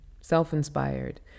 self-inspired